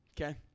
okay